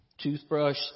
toothbrush